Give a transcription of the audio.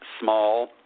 small